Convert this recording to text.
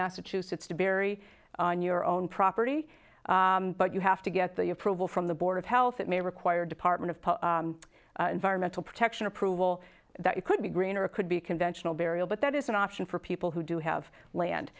massachusetts to bury on your own property but you have to get the approval from the board of health it may require department of environmental protection approval that it could be green or it could be conventional burial but that is an option for people who do have land